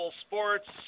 Sports